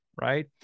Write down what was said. right